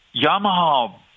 Yamaha